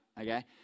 Okay